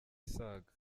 isaga